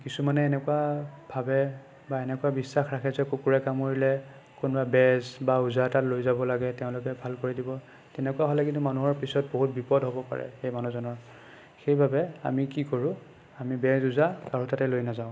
কিছুমানে এনেকুৱা ভাবে বা এনেকুৱা বিশ্ৱাস ৰাখে যে কুকুৰে কামুৰিলে কোনোবা বেজ বা ওজা তাত লৈ যাব লাগে তেওঁলোকে ভাল কৰি দিব তেনেকুৱা হ'লে কিন্তু মানুহৰ পিছত বহুত বিপদ হ'ব পাৰে সেই মানুহজনৰ সেইবাবে আমি কি কৰোঁ আমি বেজ ওজা কাৰোঁ তাতে লৈ নাযাওঁ